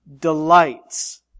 delights